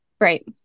Right